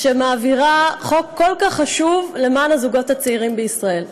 שמעבירה חוק כל כך חשוב למען הזוגות הצעירים בישראל.